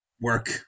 work